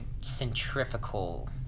centrifugal